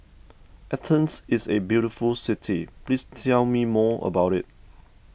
Athens is a very beautiful city please tell me more about it